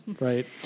Right